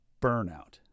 burnout